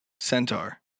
Centaur